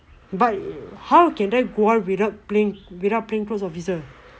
but how can they go out without plain without plain clothes officer